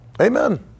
Amen